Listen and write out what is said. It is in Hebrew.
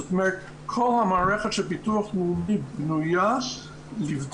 זאת אומרת שכל המערכת של ביטוח לאומי בנויה לבדוק